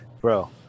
Bro